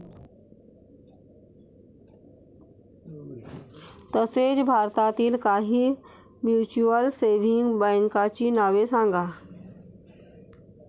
तसेच भारतातील काही म्युच्युअल सेव्हिंग बँकांची नावे सांगा